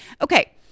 Okay